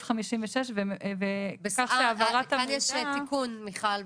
56 בכך שהעברת המידע -- כאן יש תיקון מיכל,